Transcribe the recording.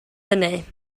hynny